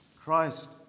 Christ